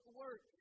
work